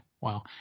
Wow